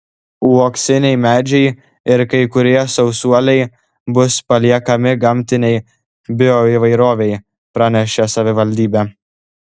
uoksiniai medžiai ir kai kurie sausuoliai bus paliekami gamtinei bioįvairovei pranešė savivaldybė